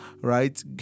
right